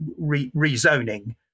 rezoning